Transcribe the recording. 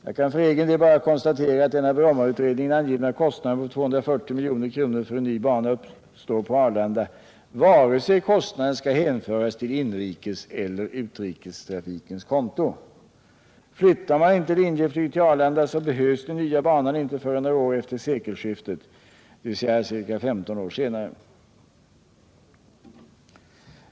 Jag kan för egen del bara konstatera att den av Brommautredningen angivna kostnaden på 240 milj.kr. för en ny bana uppstår på Arlanda vare sig kostnaden skall hänföras till inrikeseller utrikestrafikens konto. Flyttar man inte Linjeflyg till Arlanda så behövs den nya banan inte förrän några år efter sekelskiftet, dvs. ca 15 år senare.